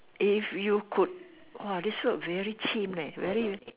if you could !wah! this word very chim leh very